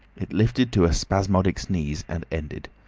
it lifted to a spasmodic sneeze and ended.